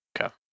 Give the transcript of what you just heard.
Okay